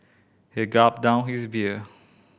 he gulped down his beer